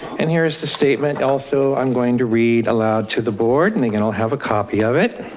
and here's the statement also, i'm going to read aloud to the board and they can all have a copy of it.